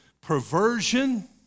perversion